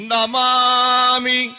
Namami